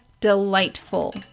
delightful